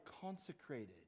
consecrated